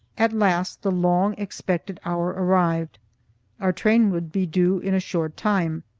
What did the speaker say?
at last the long expected hour arrived our train would be due in a short time.